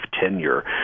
tenure